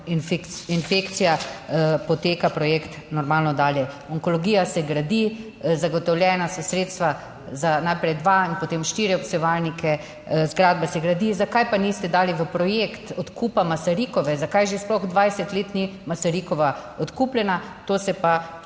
in infekcija poteka projekt normalno dalje, onkologija se gradi, zagotovljena so sredstva za najprej dva in potem štiri obsevalnike, zgradba se gradi. Zakaj pa niste dali v projekt odkupa Masarykova? Zakaj že sploh 20 let ni Masarykova odkupljena, to se pa vprašate.